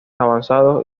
avanzados